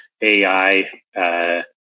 AI